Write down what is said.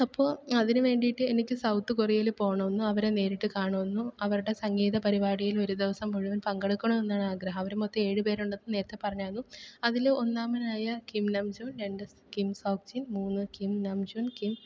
അപ്പോള് അതിനുവേണ്ടിയിട്ട് എനിക്ക് സൗത്ത് കൊറിയില് പോകണമെന്നും അവരെ നേരിട്ട് കാണണമെന്നും അവരുടെ സംഗീത പരിപാടിയിൽ ഒരു ദിവസം മുഴുവൻ പങ്കെടുക്കണമെന്നാണ് ആഗ്രഹം അവര് മൊത്തം ഏഴുപേരുണ്ടെന്ന് നേരത്തെ പറഞ്ഞാര്ന്നു അതിലൊന്നാമനായ കിം ലം ചോ രണ്ട് കിം സോക് ചിൻ മൂന്ന് കിം നം ചുൻ കിം